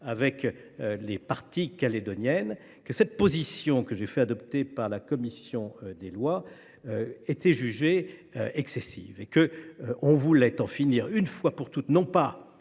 avec les parties calédoniennes, que la position que j’ai fait adopter par la commission des lois était jugée excessive et qu’on voulait en finir une fois pour toutes, non pas